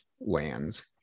lands